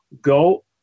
go